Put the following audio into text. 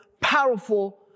powerful